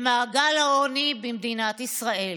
ויש מספיק תקנות כדי לטפל במצב הזה.